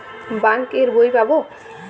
Bank এর বই পাবো?